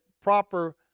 proper